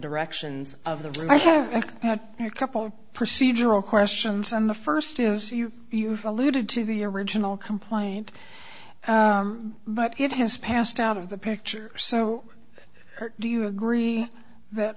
directions of the room i have a couple of procedural questions and the first is you you for alluded to the original complaint but it has passed out of the picture so do you agree that